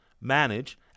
manage